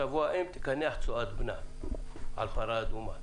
"תבוא האם ותקנח צואת בנה" על פרה אדומה,